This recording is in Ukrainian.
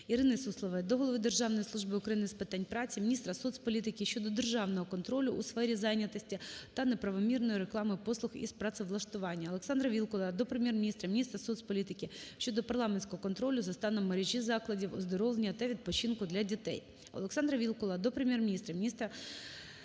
Ірини Суслової до голови Державної служби України з питань праці, Міністра соцполітики щодо державного контролю у сфері зайнятості та неправомірної реклами послуг із працевлаштування. Олександра Вілкула до Прем'єр-міністра, міністра соцполітики щодо парламентського контролю за станом мережі закладів оздоровлення та відпочинку для дітей. Олександра Вілкула до Прем'єр-міністра, Президента